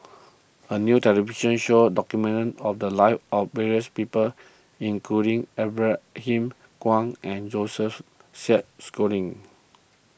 a new television show documented of the lives of various people including Ibrahim Awang and Joseph Isaac Schooling